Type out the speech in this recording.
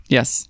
Yes